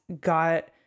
got